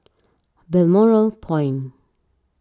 Balmoral Point